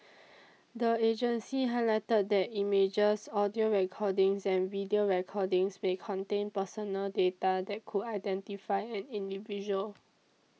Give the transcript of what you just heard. the agency highlighted that images audio recordings and video recordings may contain personal data that could identify an individual